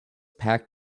packed